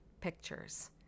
pictures